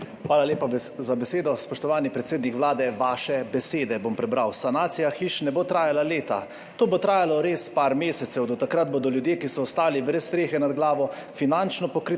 Hvala lepa za besedo. Spoštovani predsednik Vlade, vaše besede bom prebral: »Sanacija hiš ne bo trajala leta, to bo trajalo res par mesecev. Do takrat bodo ljudje, ki so ostali brez strehe nad glavo, finančno pokriti